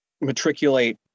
matriculate